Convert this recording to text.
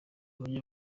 uburyo